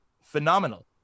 phenomenal